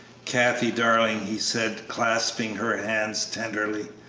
kathie, darling, he said, clasping her hands tenderly,